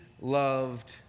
loved